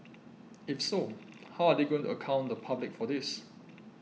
if so how are they going to account the public for this